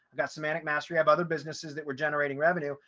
got semantic mastery have other businesses that were generating revenue.